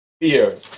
fear